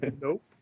Nope